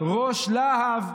ראש לה"ב,